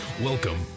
Welcome